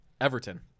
Everton